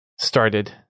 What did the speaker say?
started